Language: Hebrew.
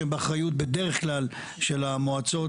שהם בדרך כלל באחריות של המועצות,